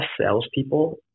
salespeople